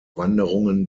wanderungen